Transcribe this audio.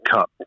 Cup